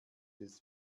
des